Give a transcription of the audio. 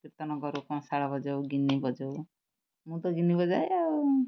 କୀର୍ତ୍ତନ କରୁ କଂଶାଳ ବଜଉ ଗିନି ବଜଉ ମୁଁ ତ ଗିନି ବଜାଏ ଆଉ